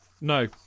No